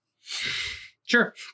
Sure